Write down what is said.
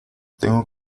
tengo